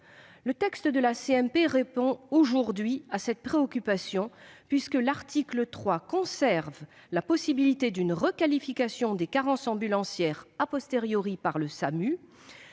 mixte paritaire répond aujourd'hui à cette préoccupation, puisque l'article 3 conserve la possibilité d'une requalification des carences ambulancières par le